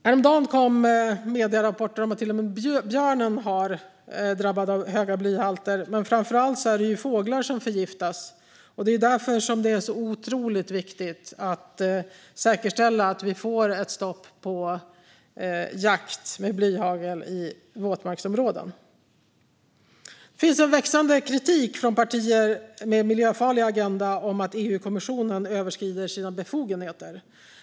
Häromdagen kom medierapporter om att till och med björnen är drabbad av höga blyhalter. Men framför allt är det fåglar som förgiftas. Det är därför som det är så otroligt viktigt att säkerställa att vi får ett stopp på jakt med blyhagel i våtmarksområden. Det finns en växande kritik från partier med en miljöfarlig agenda om att EU-kommissionen överskrider sina befogenheter.